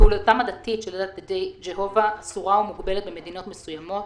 פעולתה הדתית של קהילת עדי יהוה אסורה ומוגבלת במדינות מסוימות,